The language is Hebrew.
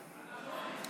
הזאת,